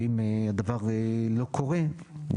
ואם הדבר לא קורה,